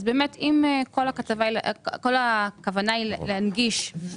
אם כל הכוונה היא להנגיש,